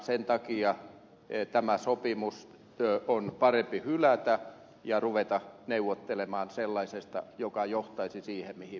sen takia tämä sopimus on parempi hylätä ja ruveta neuvottelemaan sellaisesta joka johtaisi siihen mihin me pyrimme